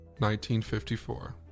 1954